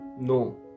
no